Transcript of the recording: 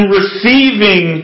receiving